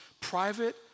private